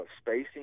spacing